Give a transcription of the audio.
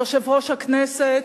יושב-ראש הכנסת,